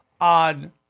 on